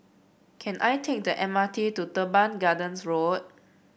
can I take the M R T to Teban Gardens Road